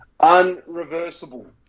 Unreversible